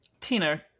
Tina